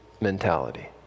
mentality